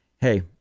hey